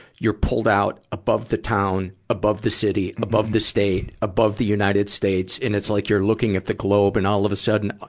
you're pulled out above the town, above the city, above the state, above the united states. and it's like you're looking at the globe. and all of a sudden,